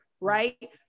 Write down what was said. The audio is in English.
Right